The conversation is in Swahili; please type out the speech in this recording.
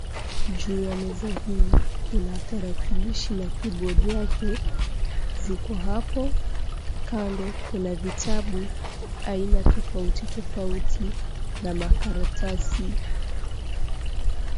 Juu ya meza hii kuna tarakilishi na keyboard yake ziko hapo. Kando kuna vitabu aina tofautitofauti na makaratasi.